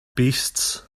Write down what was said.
beasts